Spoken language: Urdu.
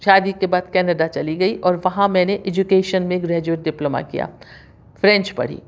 شادی کے بعد کینیڈا چلی گئی اور وہاں میں نے ایجوکیشن میں گریجویٹ ڈپلوما کیا فرنچ پڑھی